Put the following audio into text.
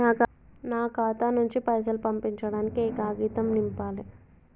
నా ఖాతా నుంచి పైసలు పంపించడానికి ఏ కాగితం నింపాలే?